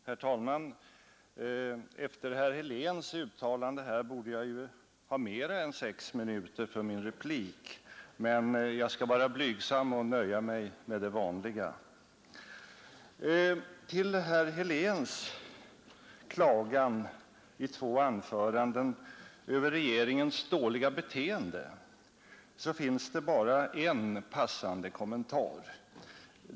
Herr talman! Efter herr Heléns uttalande borde jag ju ha mer än sex minuter för min replik, men jag skall vara blygsam och nöja mig med det vanliga. Till herr Heléns klagan i två anföranden över regeringens dåliga beteende finns det bara en passande kommentar.